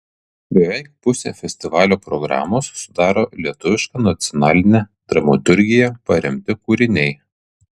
beveik pusę festivalio programos sudaro lietuviška nacionaline dramaturgija paremti kūriniai